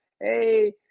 Hey